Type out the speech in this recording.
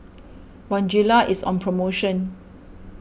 Bonjela is on promotion